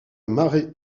marée